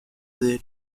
their